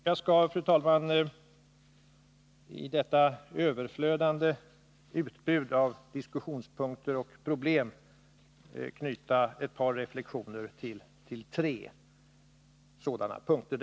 Jag skall, fru talman, i detta överflödande utbud av diskussionspunkter och problem knyta ett par reflexioner till tre sådana punkter.